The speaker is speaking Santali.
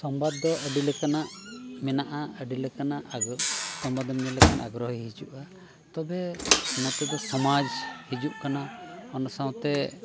ᱥᱚᱝᱵᱟᱫ ᱫᱚ ᱟᱹᱰᱤ ᱞᱮᱠᱟᱱᱟᱜ ᱢᱮᱱᱟᱜᱼᱟ ᱟᱹᱰᱤ ᱞᱮᱠᱟᱱᱟᱜ ᱥᱚᱝᱵᱟᱫ ᱮᱢ ᱧᱮᱞ ᱞᱮᱠᱷᱟᱱ ᱟᱜᱽᱜᱨᱚᱦᱤ ᱦᱤᱡᱩᱜᱼᱟ ᱛᱚᱵᱮ ᱱᱚᱛᱮ ᱫᱚ ᱥᱚᱢᱟᱡᱽ ᱦᱤᱡᱩᱜ ᱠᱟᱱᱟ ᱚᱱᱟ ᱥᱟᱶᱛᱮ